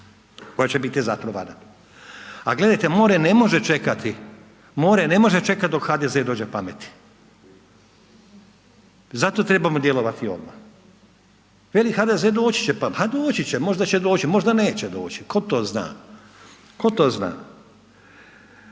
koja će biti zatrovana. A gledajte, more ne može čekati dok HDZ dođe pameti. Zato trebamo djelovati odmah. Veli HDZ doći će pameti, a doći će, možda će doći, možda neće doći, ko to zna, ko to zna.